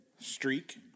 streak